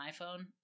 iPhone